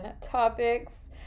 topics